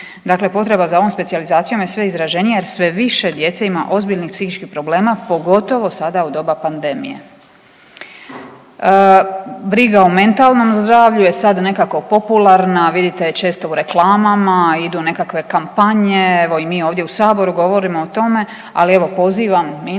Dakle, potreba za ovom specijalizacijom je sve izraženija jer sve više djece ima ozbiljnih psihičkih problema pogotovo sada u doba pandemije. Briga o mentalnom zdravlju je sada nekako popularna, vidite je često u reklamama, idu nekakve kampanje, evo i mi ovdje u saboru govorimo o tome, ali evo pozivam